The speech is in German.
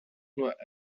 nur